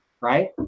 right